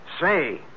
Say